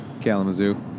Kalamazoo